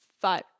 five